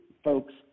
Folks